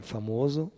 Famoso